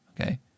okay